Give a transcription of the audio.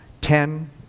ten